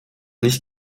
nicht